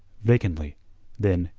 vacantly then,